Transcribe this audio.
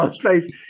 face